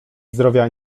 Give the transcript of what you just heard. zdrowia